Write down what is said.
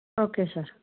okay sir